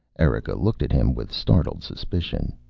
erika looked at him with startled suspicion.